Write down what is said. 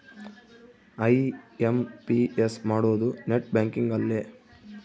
IMPS ಮಾಡೋದು net banking ಅಲ್ಲೆ